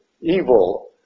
evil